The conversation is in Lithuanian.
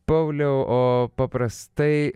pauliau o paprastai